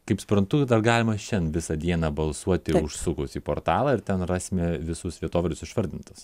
kaip suprantu dar galima šiandien visą dieną balsuoti užsukus į portalą ir ten rasime visus vietovardžius išvardintus